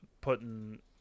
putting